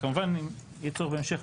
וכמובן אם יהיה צורך בהמשך,